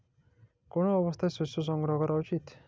কোন অবস্থায় শস্য সংগ্রহ করা উচিৎ?